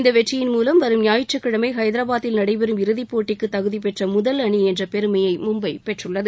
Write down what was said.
இந்த வெற்றியின் மூலம் வரும் ஞாயிற்றுக்கிழமை ஹைதராபாதில் நடைபெறும் இறுதிப் போட்டிக்கு தகுதி பெற்ற முதல் அணி என்ற பெருமையை மும்பை பெற்றுள்ளது